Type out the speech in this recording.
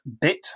bit